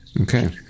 Okay